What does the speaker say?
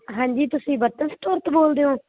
ਹਾਂਜੀ ਤੁਸੀਂ ਬਰਤਨ ਸਟੋਰ ਤੋਂ ਬੋਲਦੇ ਹੋ